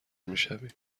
میشویم